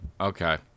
Okay